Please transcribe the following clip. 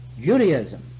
judaism